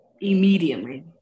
immediately